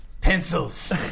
Pencils